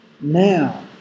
Now